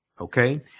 okay